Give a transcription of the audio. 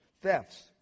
thefts